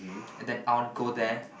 and that town cold there